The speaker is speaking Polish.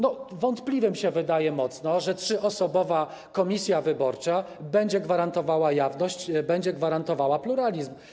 Mocno wątpliwe wydaje się to, że trzyosobowa komisja wyborcza będzie gwarantowała jawność, będzie gwarantowała pluralizm.